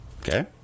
Okay